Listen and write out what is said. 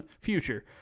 future